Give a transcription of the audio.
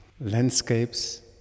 landscapes